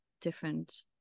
different